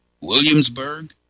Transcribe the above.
Williamsburg